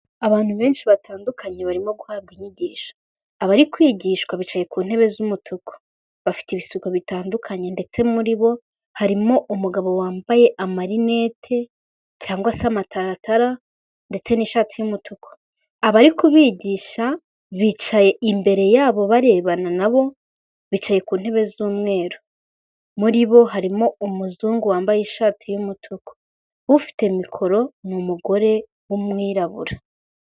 Abantu benshi batandukanye barimo guhabwa inyigisho. Abari kwigishwa bicaye ku ntebe z'umutuku. Bafite ibisuko bitandukanye ndetse muri bo harimo umugabo wambaye amarinete cyangwa se amataratara ndetse n'ishati y'umutuku. Abari kubigisha bicaye imbere yabo barebana na bo, bicaye ku ntebe z'umweru. Muri bo harimo umuzungu wambaye ishati y'umutuku. Ufite mikoro ni umugore w'umwirabura.